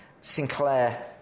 Sinclair